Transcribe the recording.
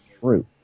truth